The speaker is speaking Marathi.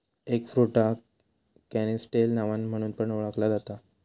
एगफ्रुटाक कॅनिस्टेल नावान म्हणुन ओळखला जाता